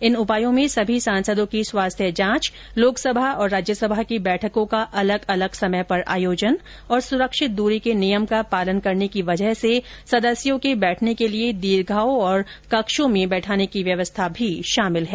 इन उपायों में सभी सांसदों की स्वास्थ्य जांच लोकसभा और राज्यसभा की बैठकों का अलग अलग समय पर आयोजन और सुरक्षित दूरी के नियम का पालन करने की वजह से सदस्यों के बैठने के लिए दीर्घाओं और कक्षों में बैठाने की व्यवस्था भी शामिल है